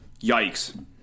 yikes